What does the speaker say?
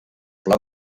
pla